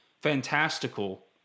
fantastical